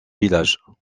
village